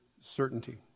certainty